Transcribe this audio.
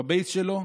בבייס שלו,